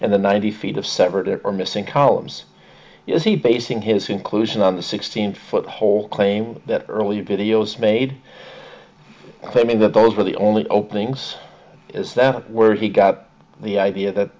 and the ninety feet of severed or missing columns you see basing his inclusion on the sixteen foot hole claimed that earlier videos made claiming that those were the only openings is that where he got the idea that